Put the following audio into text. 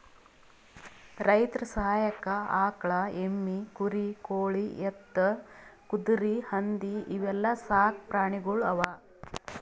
ರೈತರ್ ಸಹಾಯಕ್ಕ್ ಆಕಳ್, ಎಮ್ಮಿ, ಕುರಿ, ಕೋಳಿ, ಎತ್ತ್, ಕುದರಿ, ಹಂದಿ ಇವೆಲ್ಲಾ ಸಾಕ್ ಪ್ರಾಣಿಗೊಳ್ ಅವಾ